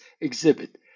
exhibit